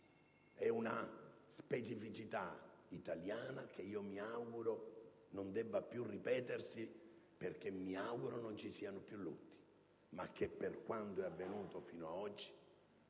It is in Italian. è una specificità italiana, che mi auguro non debba più ripetersi perché mi auguro non ci siano più lutti. Ma quanto avvenuto fino ad oggi